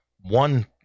one